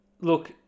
Look